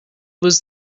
was